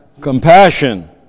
compassion